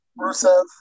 Rusev